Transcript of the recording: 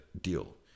deal